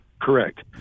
Correct